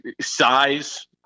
size